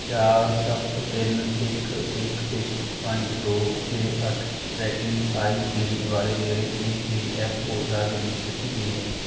ਚਾਰ ਸੱਤ ਤਿੰਨ ਇੱਕ ਇੱਕ ਇੱਕ ਪੰਜ ਦੋ ਛੇ ਅੱਠ ਟਰੈਕਿੰਗ ਆਈ ਡੀ ਵਾਲੇ ਮੇਰੇ ਈ ਪੀ ਐੱਫ ਓ ਦਾਅਵੇ ਦੀ ਸਥਿਤੀ ਕੀ ਹੈ